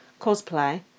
cosplay